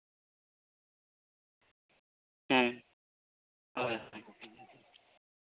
ᱦᱮᱸ